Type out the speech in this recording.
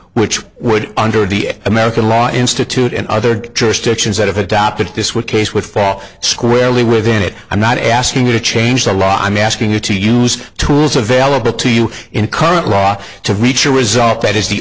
which would under the american law institute and other jurisdictions that have adopted this which case would fall squarely within it i'm not asking you to change the law i'm asking you to use tools available to you in current law to reach a result that is the